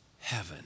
heaven